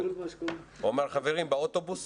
הוא אמר, חברים, באוטובוס